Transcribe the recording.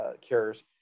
cures